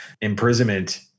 Imprisonment